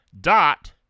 dot